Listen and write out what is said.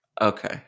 Okay